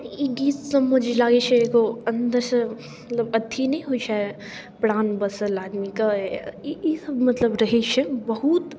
ई गीत सबमे जे लागैत छै एगो अन्दरसँ मतलब अथि नहि होइत छै प्राण बसल आदमीके ईसब मतलब रहैत छै बहुत